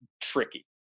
tricky